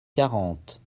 quarante